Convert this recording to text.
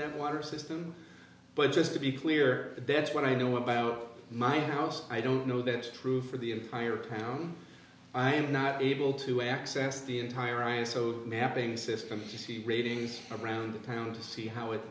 them water system but just to be clear that's what i know about my house i don't know that it's true for the entire town i am not able to access the entire island so mapping systems you see ratings around town to see how it